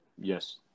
Yes